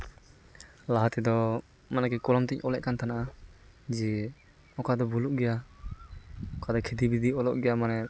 ᱞᱟᱦᱟᱛᱮᱫᱚ ᱢᱟᱱᱮ ᱠᱤ ᱠᱚᱞᱚᱢᱛᱤᱧ ᱚᱞᱮᱫ ᱠᱟᱱ ᱛᱟᱦᱮᱱᱟ ᱡᱮ ᱚᱝᱠᱟ ᱫᱚ ᱵᱷᱩᱞᱩᱜ ᱜᱮᱭᱟ ᱚᱠᱟᱨᱮ ᱠᱷᱤᱫᱤᱵᱤᱫᱤ ᱚᱞᱚᱜ ᱜᱮᱭᱟ ᱢᱟᱱᱮ